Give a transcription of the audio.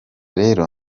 rero